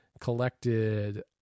collected